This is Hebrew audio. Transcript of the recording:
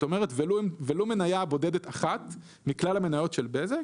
ולו מניה בודדת אחת מכלל המניות של בזק.